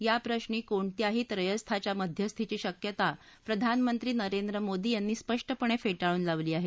याप्रश्री कोणत्याही त्रयस्थाच्या मध्यस्थीची शक्यता प्रधानमंत्री नरेंद्र मोदी यांनी स्पष्टपणे फेटाळून लावली आहे